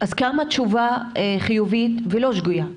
אז כמה תשובה חיובית ולא שגויה?